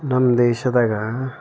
ನಮ್ಮ ದೇಶದಾಗ